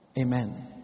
Amen